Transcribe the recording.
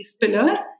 pillars